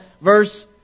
verse